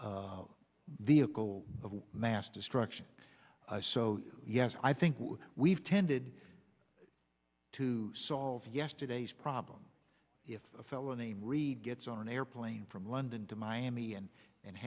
vehicle of mass destruction so yes i think we've tended to solve yesterday's problem if a fellow named reed gets on an airplane from london to miami and and